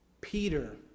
Peter